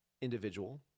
individual